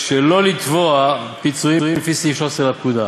שלא לתבוע פיצויים לפי סעיף 13 לפקודה,